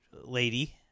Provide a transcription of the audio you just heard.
lady